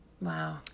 Wow